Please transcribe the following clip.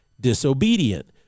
disobedient